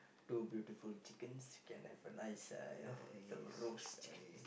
two beautiful chickens you can have a nice uh you know some roast chickens